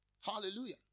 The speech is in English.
Hallelujah